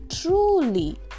truly